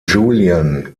julian